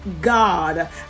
God